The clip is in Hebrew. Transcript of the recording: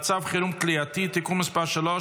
(מצב חירום כליאתי) (תיקון מס' 3),